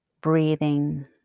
breathing